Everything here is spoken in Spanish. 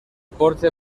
porche